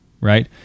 right